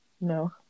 No